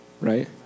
Right